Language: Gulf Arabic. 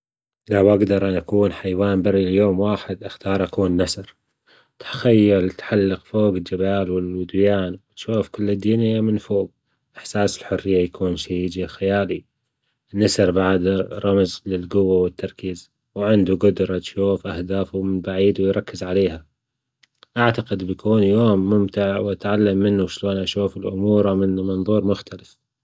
لو أجدر أن أكون حيوان بري ليوم واحد أختار أكون نسر، تخيل تحلق فوق الجبال والوديان وتشوف كل الدنيا من فوج، إحساس الحرية يكون شي يجي خيالي، النسر بعد رمز للقوة والتركيز، وعنده جدرة يشوف أهدافه من بعيد ويركز عليها، أعتقد بيكون يوم ممتع وأتعلم منه شلون أشوف الأمور او من منظور مختلف.